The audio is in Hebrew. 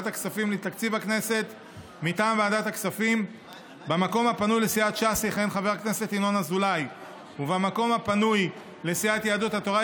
הצעת חוק מגבלות על חזרתו של עבריין מין לסביבת נפגע העבירה (תיקון,